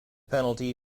penalty